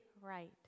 right